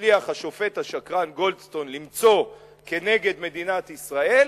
שהצליח השופט השקרן גולדסטון למצוא כנגד מדינת ישראל,